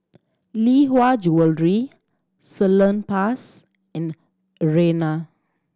Lee Hwa Jewellery Salonpas and Urana